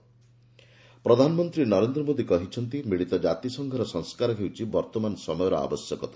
PM ପ୍ରଧାନମନ୍ତ୍ରୀ ନରେନ୍ଦ୍ର ମୋଦୀ କହିଚ୍ଚନ୍ତି ମିଳିତ ଜାତିସଂଘର ସଂସ୍କାର ହେଉଛି ବର୍ତ୍ତମାନ ସମୟର ଆବଶ୍ୟକତା